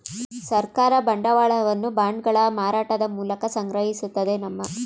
ಸರ್ಕಾರ ಬಂಡವಾಳವನ್ನು ಬಾಂಡ್ಗಳ ಮಾರಾಟದ ಮೂಲಕ ಸಂಗ್ರಹಿಸುತ್ತದೆ ನಮ್ಮ